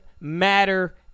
Matter